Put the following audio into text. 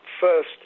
first